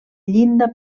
llinda